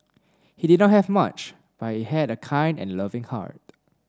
he did not have much but he had a kind and loving heart